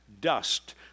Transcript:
dust